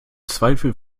zweifel